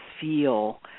feel